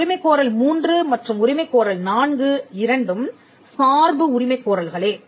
உரிமைக் கோரல் 3 மற்றும் உரிமைக் கோரல் 4 இரண்டும் சார்பு உரிமைக் கோரல்களே